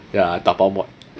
ya 打包 mod